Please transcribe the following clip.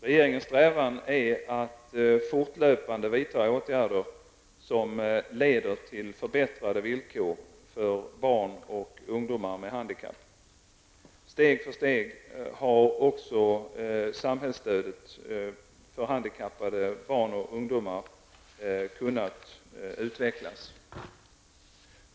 Regeringens strävan är att fortlöpande vidta åtgärder som leder till förbättrade villkor för barn och ungdomar med handikapp. Steg för steg har också samhällsstödet till handikappade barn och deras familjer kunnat utvecklas.